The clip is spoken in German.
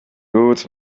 gut